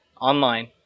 online